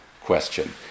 question